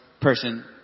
Person